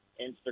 Instagram